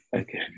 Okay